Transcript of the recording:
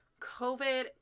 COVID